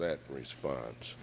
that response